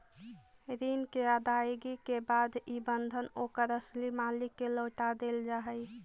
ऋण के अदायगी के बाद इ बंधन ओकर असली मालिक के लौटा देल जा हई